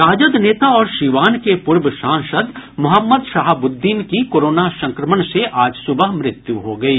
राजद नेता और सीवान के पूर्व सांसद मोहम्मद शहाबुद्दीन की कोरोना संक्रमण से आज सुबह मृत्यु हो गयी